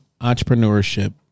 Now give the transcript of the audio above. entrepreneurship